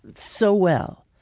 so well.